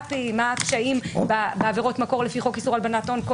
מה הקשיים בעבירות מקור לפי חוק איסור הלבנת הון?